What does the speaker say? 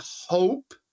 hope